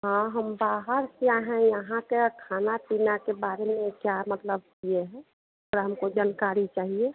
हाँ हम बाहर से आए हैं यहाँ का खाना पीना के बारे में क्या मतलब किए हैं थोड़ी हमको जानकारी चाहिए